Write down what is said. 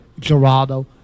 Geraldo